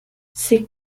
c’est